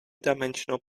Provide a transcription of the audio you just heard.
dimensional